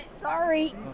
Sorry